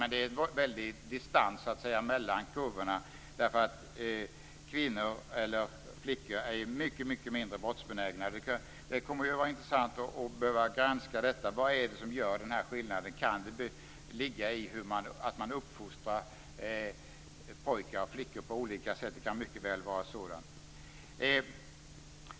Men det är en väldig distans mellan kurvorna. Kvinnor eller flickor är mycket mindre brottsbenägna. Det kunde vara intressant att granska detta. Vad är det som leder till denna skillnad? Kan den komma av att man uppfostrar flickor och pojkar på olika sätt? Det kan mycket väl vara så.